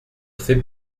fais